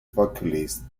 vocalist